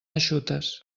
eixutes